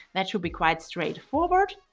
that should be quite straightforward.